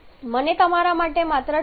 મને તમારા માટે માત્ર 24